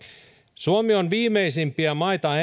suomi on eussa viimeisimpiä maita